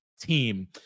team